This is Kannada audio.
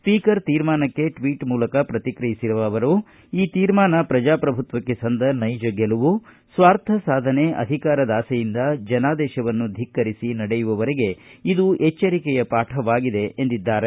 ಸ್ಪೀಕರ್ ತೀರ್ಮಾನಕ್ಕೆ ಟ್ವೀಟ್ ಮೂಲಕ ಪ್ರತಿಕ್ರಿಯಿಸಿರುವ ಅವರು ಈ ತೀರ್ಮಾನ ಪ್ರಜಾಪ್ರಭುತ್ವಕ್ಕೆ ಸಂದ ನೈಜ ಗೆಲುವು ಸ್ವಾರ್ಥ ಸಾಧನೆ ಅಧಿಕಾರದಾಸೆಯಿಂದ ಜನಾದೇಶವನ್ನು ಧಿಕ್ಕರಿಸಿ ನಡೆಯುವವರಿಗೆ ಇದು ಎಚ್ವರಿಕೆಯ ಪಾಠವಾಗಿದೆ ಎಂದಿದ್ದಾರೆ